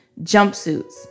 jumpsuits